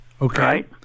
Okay